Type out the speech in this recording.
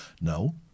No